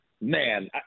Man